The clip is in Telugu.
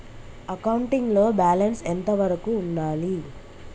అకౌంటింగ్ లో బ్యాలెన్స్ ఎంత వరకు ఉండాలి?